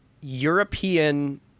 European